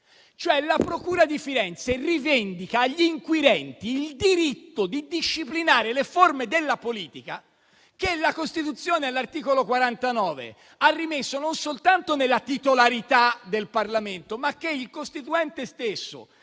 la procura di Firenze rivendica agli inquirenti il diritto di disciplinare le forme della politica che la Costituzione, all'articolo 49, ha rimesso non soltanto nella titolarità del Parlamento, ma che il costituente stesso